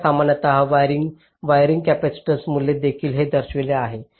आता सामान्यत wiring capacitance मूल्ये देखील येथे दर्शविली आहेत